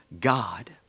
God